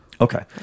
Okay